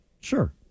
Sure